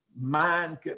mind